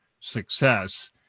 success